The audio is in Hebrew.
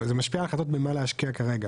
זאת אומרת זה משפיע על ההחלטות במה להשקיע כרגע,